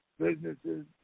businesses